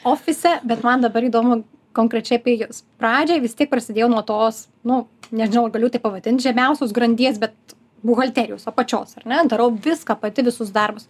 ofise bet man dabar įdomu konkrečiai apie jus pradžioj vis tiek prasidėjo nuo tos nu nežinau ar galiu taip pavadint žemiausios grandies bet buhalterijos apačios ar ne darau viską pati visus darbus